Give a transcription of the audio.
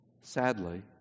Sadly